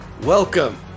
Welcome